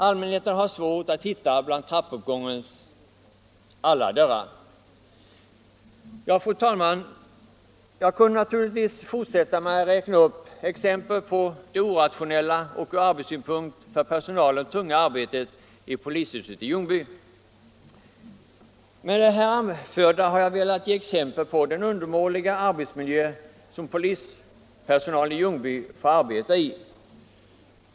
Allmänheten har svårt att hitta bland trappuppgångens alla dörrar. Jag kunde naturligtvis fortsätta med att räkna upp exempel på det orationella och för personalen tunga arbetet i polishuset i Ljungby. Med det här anförda har jag velat åskådliggöra den undermåliga arbetsmiljö som polispersonalen i Ljungby får arbeta i.